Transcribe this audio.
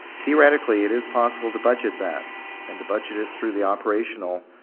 theoretically, it is possible to budget that and to budget it through the operational